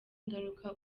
ingaruka